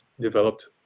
developed